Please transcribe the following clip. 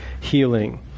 healing